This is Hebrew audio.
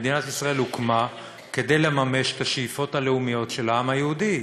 מדינת ישראל הוקמה כדי לממש את השאיפות הלאומיות של העם היהודי.